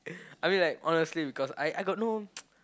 I mean like honestly because I I got no